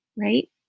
right